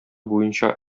буенча